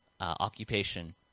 occupation